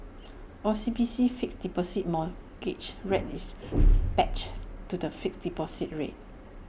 O C B C's fixed deposit mortgage rate is pegged to the fixed deposit rate